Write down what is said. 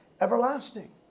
everlasting